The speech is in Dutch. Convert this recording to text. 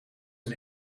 een